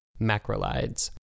Macrolides